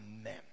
Amen